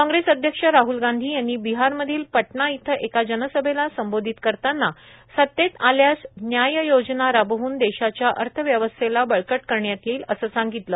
कांग्रेस अध्यक्ष राहल गांधी यांनी बिहारमधील पटणा इथं एका जनसभेला संबोधित करताना सत्तेत आल्यास न्याय योजना राबवून देशाच्या अर्थव्यवस्थेला बळकट करण्यात येईल असं सांगितलं